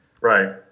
Right